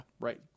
Right